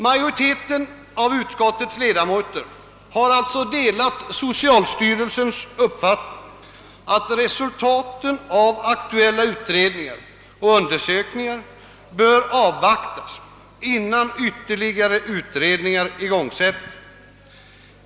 Majoriteten av utskottets ledamöter har delat socialstyrelsens uppfattning, att resultaten av aktuella utredningar och undersökningar bör avvaktas, innan ytterligare utredningar igångsätts.